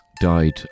Died